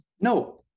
No